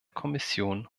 kommission